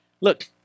look